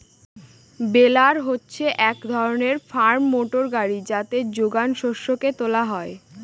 বেলার হচ্ছে এক ধরনের ফার্ম মোটর গাড়ি যাতে যোগান শস্যকে তোলা হয়